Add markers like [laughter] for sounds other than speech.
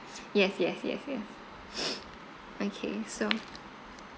yes yes yes [noise] okay so